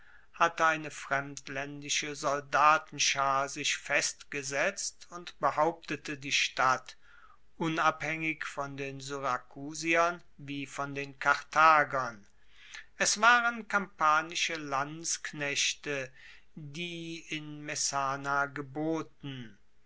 hatte eine fremdlaendische soldatenschar sich festgesetzt und behauptete die stadt unabhaengig von den syrakusiern wie von den karthagern es waren kampanische landsknechte die in messana geboten